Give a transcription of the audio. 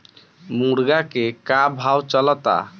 मुर्गा के का भाव चलता?